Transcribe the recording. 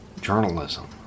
journalism